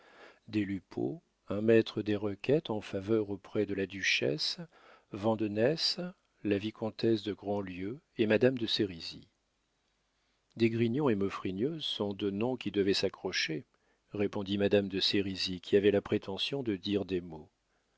des lupeaulx un maître des requêtes en faveur auprès de la duchesse vandenesse la vicomtesse de grandlieu et madame de sérisy d'esgrignon et maufrigneuse sont deux noms qui devaient s'accrocher répondit madame de sérisy qui avait la prétention de dire des mots